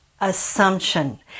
assumption